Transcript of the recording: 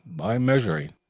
by measuring,